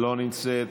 לא נמצאת,